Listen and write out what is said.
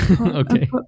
okay